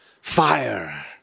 fire